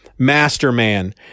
Masterman